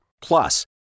Plus